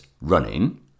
running